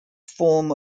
form